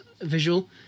Visual